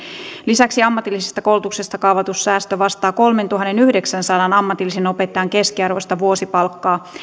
lisäksi ammatillisesta koulutuksesta kaavailtu säästö vastaa kolmentuhannenyhdeksänsadan ammatillisen opettajan keskiarvoista vuosipalkkaa